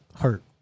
Hurt